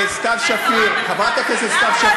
למה לא הסכמת?